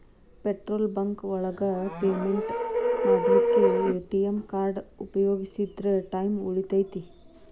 petrol bunk ಒಳಗ payment ಮಾಡ್ಲಿಕ್ಕೆ ATM card ಉಪಯೋಗಿಸಿದ್ರ ಟೈಮ್ ಉಳಿತೆತಿ